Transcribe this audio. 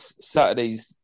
Saturday's